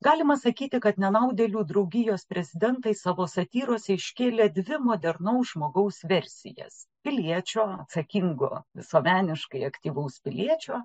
galima sakyti kad nenaudėlių draugijos prezidentai savo satyrose iškėlė dvi modernaus žmogaus versijas piliečio atsakingo visuomeniškai aktyvaus piliečio